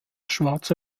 schwarze